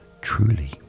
truly